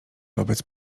wobec